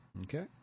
okay